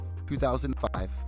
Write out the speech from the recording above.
2005